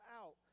out